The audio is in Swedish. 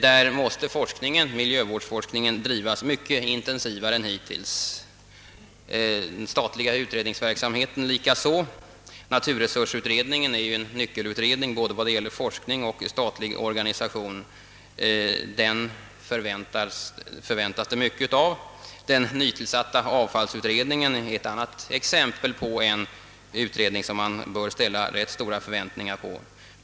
Miljö vårdsforskningen måste bedrivas mycket mera intensivt än hittills. Den statliga utredningsverksamheten likaså. Naturresursutredningen är sålunda en nyckelutredning både när det gäller forskning och statlig organisation, och den utredningen väntar vi oss mycket av. Den nytillsatta avfallsutredningen är en annan utredning som man kan ställa höga förväntningar på.